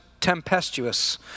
tempestuous